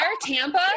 Tampa